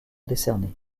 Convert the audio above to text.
décernés